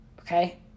okay